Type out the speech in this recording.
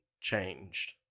changed